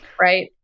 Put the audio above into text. Right